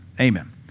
Amen